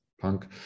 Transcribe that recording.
Punk